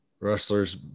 wrestlers